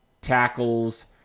tackles